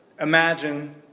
imagine